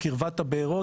הבארות,